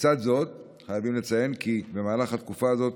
בצד זאת, חייבים לציין כי במהלך התקופה הזאת